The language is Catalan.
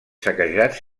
saquejats